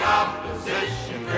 opposition